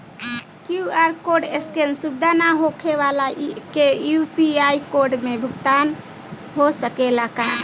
QR code scan सुविधा ना होखे वाला के यू.पी.आई कोड से भुगतान हो सकेला का?